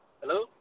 Hello